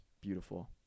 beautiful